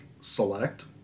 select